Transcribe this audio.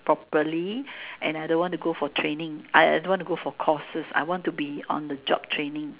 properly and I don't want to go for training I don't want to go for courses I want to be on the job training